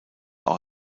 auch